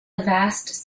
vast